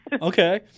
okay